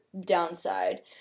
downside